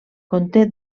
conté